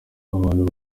abantu